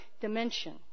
dimension